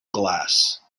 glass